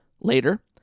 Later